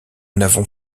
n’avons